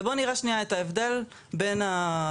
ובואו נראה רגע את ההבדל בין השתיים.